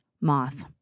moth